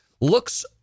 looks